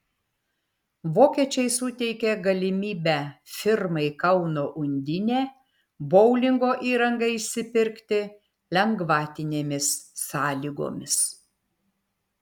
vokiečiai suteikė galimybę firmai kauno undinė boulingo įrangą išsipirkti lengvatinėmis sąlygomis